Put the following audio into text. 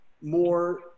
more